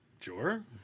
Sure